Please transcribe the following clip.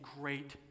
great